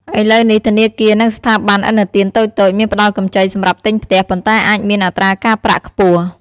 ឥឡូវនេះ ធនាគារ និងស្ថាប័នឥណទានតូចៗ មានផ្ដល់កម្ចីសម្រាប់ទិញផ្ទះ ប៉ុន្តែអាចមានអត្រាការប្រាក់ខ្ពស់។